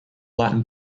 latin